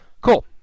Cool